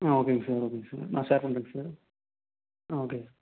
ஆ ஓகேங்க சார் ஓகேங்க சார் நான் ஷேர் பண்ணுறேங்க சார் ஆ ஓகேங்க